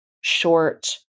short